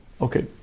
Okay